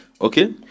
Okay